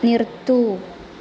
നിർത്തൂ